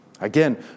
Again